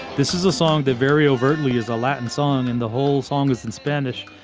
this is a song that very overtly is a latin song in the whole song is in spanish.